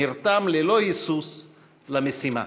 נרתם ללא היסוס למשימה.